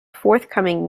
forthcoming